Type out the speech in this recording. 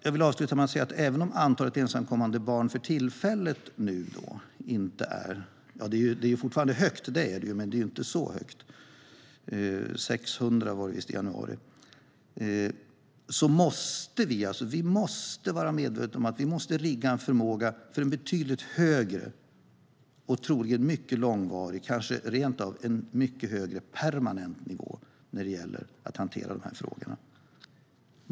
Jag vill avsluta med att säga att även om antalet ensamkommande barn för tillfället inte är så stort - det är fortfarande stort, 600 i januari - måste vi rigga en förmåga att hantera en betydligt högre och troligen mycket långvarig, kanske rentav permanent, hög nivå.